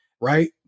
Right